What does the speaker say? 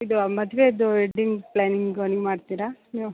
ಇದು ಮದುವೇದು wedding planning ನೀವು ಮಾಡ್ತೀರಾ ನೀವು